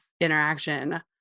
interaction